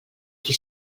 qui